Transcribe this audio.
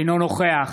אינו נוכח